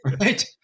right